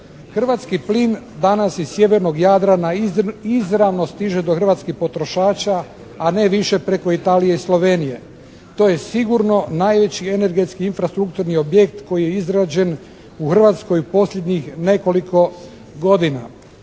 Hrvatski plin danas iz sjevernog Jadrana izravno stiže do hrvatskih potrošača a ne više preko Italije i Slovenije. To je sigurno najveći energetski infrastrukturni objekt koji je izrađen u Hrvatskoj posljednjih nekoliko godina.